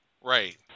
Right